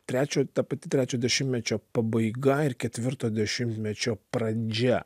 trečio ta pati trečio dešimtmečio pabaiga ir ketvirto dešimtmečio pradžia